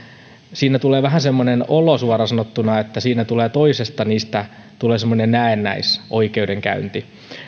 siinä tulee vähän semmoinen olo suoraan sanottuna että toisesta niistä tulee semmoinen näennäisoikeudenkäynti